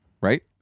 right